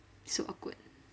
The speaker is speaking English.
so awkward